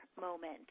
moment